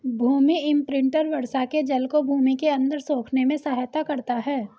भूमि imprinter वर्षा के जल को भूमि के अंदर सोखने में सहायता करता है